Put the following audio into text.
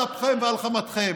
על אפכם ועל חמתכם.